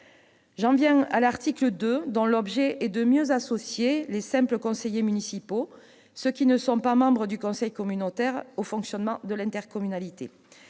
J'en viens à l'article 2, dont l'objet est de mieux associer les « simples » conseillers municipaux, ceux qui ne sont pas membres du conseil communautaire, au fonctionnement de l'intercommunalité.